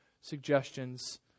suggestions